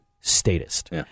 statist